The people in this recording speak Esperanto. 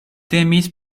temis